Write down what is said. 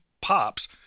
pops